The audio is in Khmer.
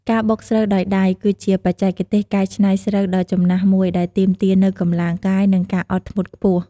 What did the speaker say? ការបុកស្រូវដោយដៃ គឺជាបច្ចេកទេសកែច្នៃស្រូវដ៏ចំណាស់មួយដែលទាមទារនូវកម្លាំងកាយ និងការអត់ធ្មត់ខ្ពស់។